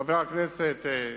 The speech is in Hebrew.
חבר הכנסת,